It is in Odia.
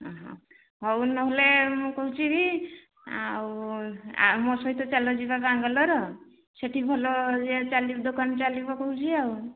ହ ହଉ ନହେଲେ ମୁଁ କହୁଛି ବିି ଆଉ ମୋ ସହିତ ଚାଲଯିବା ବାଙ୍ଗାଲୋର ସେଠି ଭଲ ଏ ଦୋକାନ ଚାଲିବ କହୁଛି ଆଉ